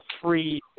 three